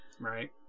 Right